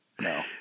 No